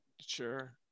Sure